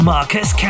Marcus